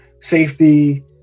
safety